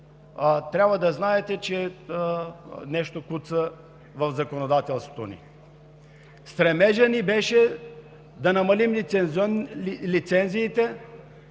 трябва да знаете, че нещо куца в законодателството ни. Стремежът ни беше да намалим лицензиите,